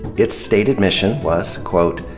its stated mission was, quote,